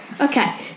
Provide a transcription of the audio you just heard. Okay